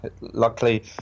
luckily